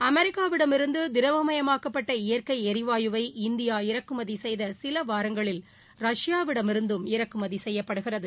அமெரிக்காவிடம் இருந்து திரவமயமாகக்கப்பட்ட இயற்கை எரிவாயு வை இந்தியா இறக்குமதி செய்த சில வாரங்களில் ரஷ்யாவிடமிருந்தும் இறக்குமதி செய்யப்படுகிறது